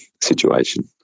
situation